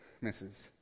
misses